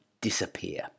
disappear